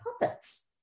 puppets